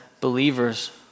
believers